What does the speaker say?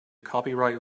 copyright